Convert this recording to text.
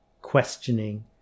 questioning